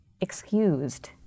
excused